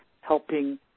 helping